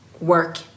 work